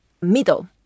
middle